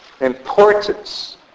importance